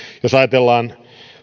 jos ajatellaan